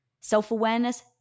Self-awareness